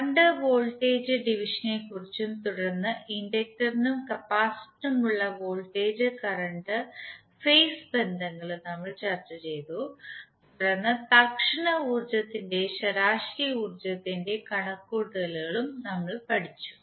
current voltage ഡിവിഷനെക്കുറിച്ചും തുടർന്ന് ഇൻഡക്റ്ററിനും കപ്പാസിറ്ററിനുമുള്ള വോൾട്ടേജ് കറന്റ് ഫേസ് ബന്ധങ്ങളും നമ്മൾ ചർച്ച ചെയ്തു തുടർന്ന് തൽക്ഷണ ഉർജ്ജത്തിന്റെയും ശരാശരി ഉർജ്ജത്തിന്റെയും കണക്കുകൂട്ടലും നമ്മൾ പഠിച്ചു